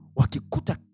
wakikuta